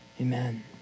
amen